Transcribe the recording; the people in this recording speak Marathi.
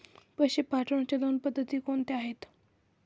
पैसे पाठवण्याच्या दोन पद्धती कोणत्या आहेत?